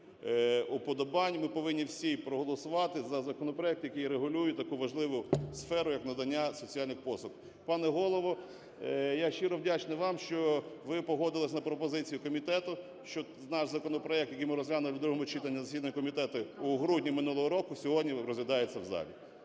ми повинні всі проголосувати за законопроект, який регулює таку важливу сферу, як надання соціальних послуг. Пане Голово, я щиро вдячний вам, що ви погодились на пропозицію комітету, що наш законопроект, який ми розглянули в другому читанні на засіданні комітету у грудні минулого року, сьогодні розглядається в залі.